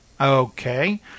Okay